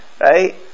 right